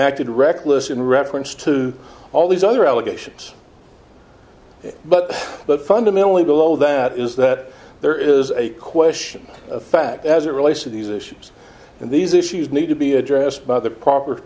acted reckless in reference to all these other allegations but but fundamentally below that is that there is a question of fact as it relates to these issues and these issues need to be addressed by the proper